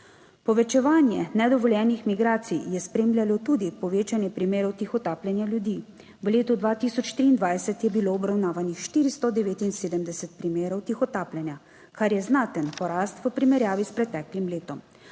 Povečevanje nedovoljenih migracij je spremljalo tudi povečanje primerov tihotapljenja ljudi, v letu 2023 je bilo obravnavanih 479 primerov tihotapljenja, kar je znaten porast v primerjavi s preteklim letom.